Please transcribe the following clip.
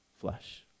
flesh